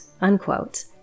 unquote